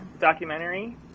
documentary